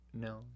no